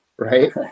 Right